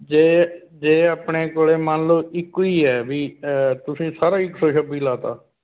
ਜੇ ਜੇ ਆਪਣੇ ਕੋਲ ਮੰਨ ਲਉ ਇੱਕੋ ਹੀ ਹੈ ਵੀ ਤੁਸੀਂ ਸਾਰਾ ਇੱਕ ਸੌ ਛੱਬੀ ਲਾ ਤਾ